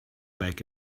back